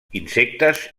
insectes